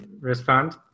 respond